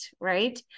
right